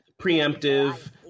preemptive